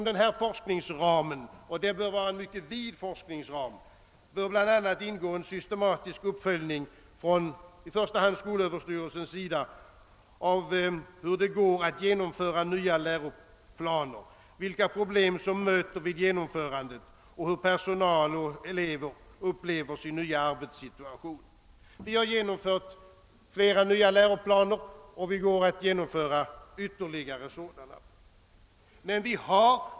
Denna forskningsram, som bör vara mycket vid, bör bl.a. inrymma en systematisk uppföljning framför allt inom skolöverstyrelsen av hur nya läroplaner skall genomföras, av vilka problem som möter härvid och av hur personal och elever upplever sin nya arbetssituation. Vi har genomfört flera nya läroplaner och vi går att genomföra ytterligare sådana.